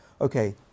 okay